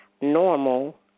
normal